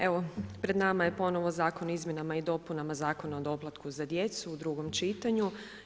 Evo pred nama je ponovo Zakon o izmjenama i dopunama Zakona o doplatku za djecu u drugom čitanju.